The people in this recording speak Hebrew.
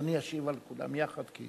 אדוני ישיב לכולם יחד.